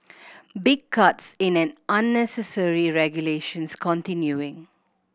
big cuts in an unnecessary regulations continuing